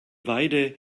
weide